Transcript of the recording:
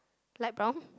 light brown